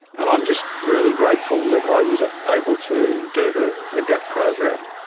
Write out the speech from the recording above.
and i'm just really grateful that i was able to do the adapt program.